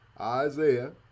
Isaiah